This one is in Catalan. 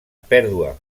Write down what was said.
pèrdua